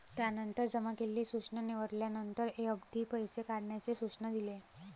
त्यानंतर जमा केलेली सूचना निवडल्यानंतर, एफ.डी पैसे काढण्याचे सूचना दिले